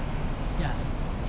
ya